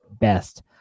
best